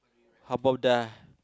how about the